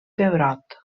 pebrot